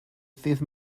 ddydd